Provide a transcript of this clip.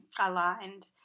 aligned